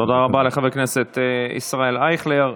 תודה רבה לחבר הכנסת ישראל אייכלר.